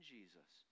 Jesus